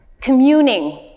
communing